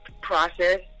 process